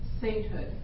sainthood